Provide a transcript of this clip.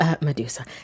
Medusa